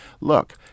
Look